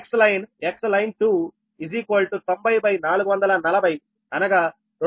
అదేవిధంగా Xline Xline 2 90440అనగా 205 p